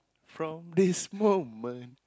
from this moment